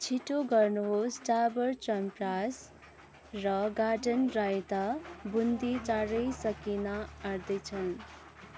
छिटो गर्नुहोस् डाबर च्यवनप्रास र गार्डन रायता बुन्दी चाँडै सकिन आँट्दैछन्